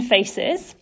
Faces